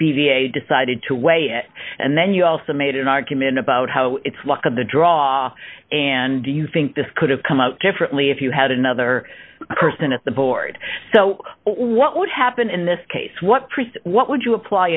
a decided to weigh it and then you also made an argument about how it's luck of the draw and do you think this could have come out differently if you had another person at the board so what would happen in this case what priest what would you apply